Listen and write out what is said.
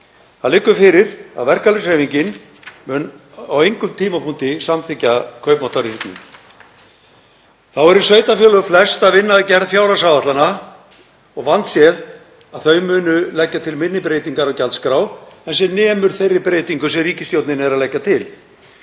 Það liggur fyrir að verkalýðshreyfingin mun á engum tímapunkti samþykkja kaupmáttarrýrnun. Þá eru sveitarfélög flest að vinna að gerð fjárhagsáætlana og vandséð að þau muni leggja til minni breytingu á gjaldskrá en sem nemur þeirri breytingu sem ríkisstjórnin er að leggja til.